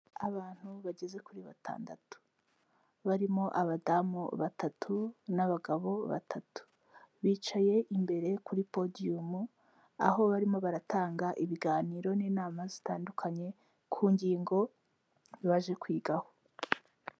Abantu bageze kuri batandatu, barimo abadamu batatu n'abagabo batatu, bicaye imbere kuri podiyumu, aho barimo baratanga ibiganiro n'inama zitandukanye ku ngingo baje kwigaho.